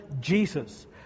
Jesus